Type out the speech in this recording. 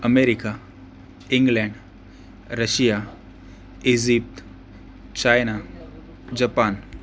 America England Russia Egypt China Japan